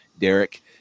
Derek